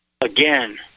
Again